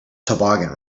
toboggan